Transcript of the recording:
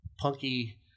punky